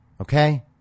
okay